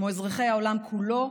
כמו אזרחי העולם כולו,